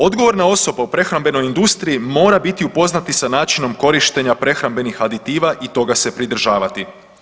Odgovorna osoba u prehrambenoj industriji mora biti upoznata sa načinom korištenja prehrambenih aditiva i toga se pridržavati.